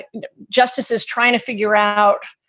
the justices trying to figure out